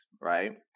Right